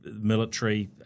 military